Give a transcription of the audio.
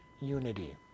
unity